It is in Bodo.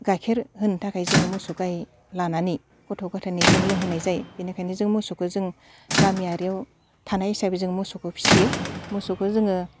गाइखेर होनो थाखाय जोङो मोसौ गाय लानानै गथ' गथायनि जों लोंहोनाय जायो बेनिखायनो जों मोसौखो जों गामिआरियाव थानाय हिसाबै जों मोसौखौ फिसियो मोसौखौ जोङो